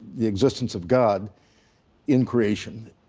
the existence of god in creation.